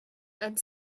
and